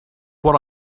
what